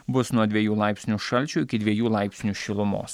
bus nuo dviejų laipsnių šalčio iki dviejų laipsnių šilumos